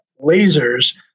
lasers